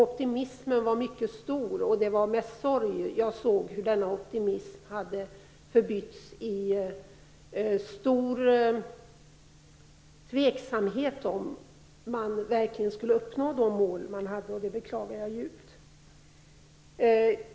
Optimismen var då mycket stor, och det var med sorg jag såg att denna optimism hade förbytts i stor tveksamhet i frågan om man verkligen skulle uppnå sina mål. Det beklagar jag djupt.